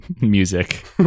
music